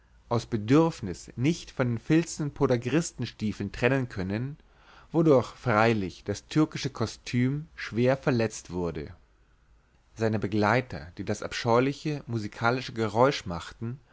aus bedürfnis nicht von den filznen podagristenstiefeln trennen können wodurch freilich das türkische kostüm schwer verletzt wurde seine begleiter die das abscheuliche musikalische geräusch machten